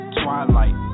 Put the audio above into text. twilight